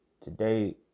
Today